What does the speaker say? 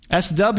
SW